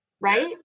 right